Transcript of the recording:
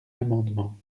amendement